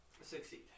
Succeed